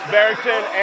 Barrington